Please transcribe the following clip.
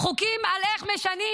חוקים על איך משנים,